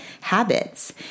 habits